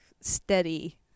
steady